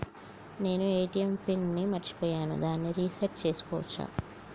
నేను ATM PIN ని మరచిపోయాను దాన్ని రీ సెట్ చేసుకోవచ్చా?